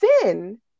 sin